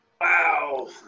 Wow